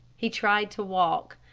he tried to walk.